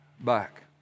back